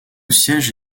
siège